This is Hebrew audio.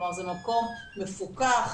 כלומר זה מקום מפוקח,